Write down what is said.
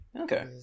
Okay